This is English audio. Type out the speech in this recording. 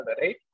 right